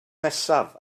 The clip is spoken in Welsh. nesaf